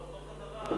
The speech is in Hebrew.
בגרמניה,